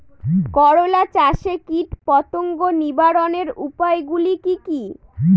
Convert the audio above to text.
করলা চাষে কীটপতঙ্গ নিবারণের উপায়গুলি কি কী?